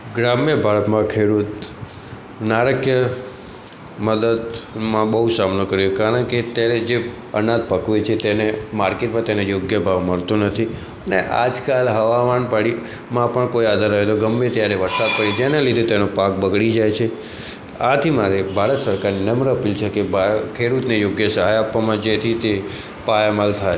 ગ્રામ્ય ભારતમાં ખેડૂત નાણાકીય મદદમાં બહુ સામનો કર્યો કારણકે અત્યારે જે અનાજ પકવે છે તેને માર્કેટમાં તેને યોગ્ય ભાવ મળતો નથી અને આજકાલ હવામાન પરિમાં પણ કોઈ આધાર રહેલો ગમે ત્યારે વરસાદ પડે જેના લીધે તેનો પાક બગડી જાય છે આથી મારે ભારત સરકારને નમ્ર અપીલ છે કે ભારત ખેડૂતને યોગ્ય સહાય આપવામાં જેથી તે પાયામાલ થાય